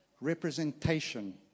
representation